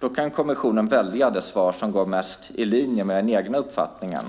Då kan kommissionen välja det svar som går mest i linje med den egna uppfattningen.